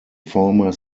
former